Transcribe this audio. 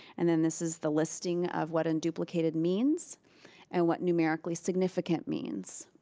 and then this is the listing of what unduplicated means and what numerically significant means.